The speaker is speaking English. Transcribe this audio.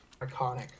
iconic